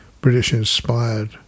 British-inspired